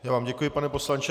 Já vám děkuji, pane poslanče.